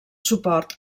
suport